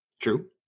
true